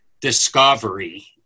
discovery